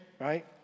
right